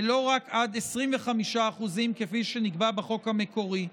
ולא רק עד 25% כפי שנקבע בחוק המקורי.